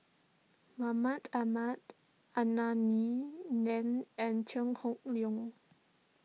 Mahmud Ahmad Anthony then and Chew Hock Leong